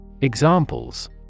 Examples